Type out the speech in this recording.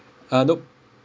uh nope